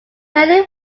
mainly